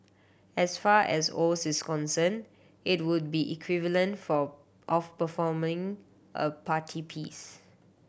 as far as Oz is concerned it would be equivalent for of performing a party piece